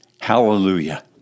hallelujah